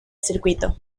circuito